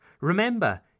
Remember